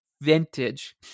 vintage